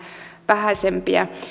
vähäisempiä